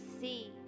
see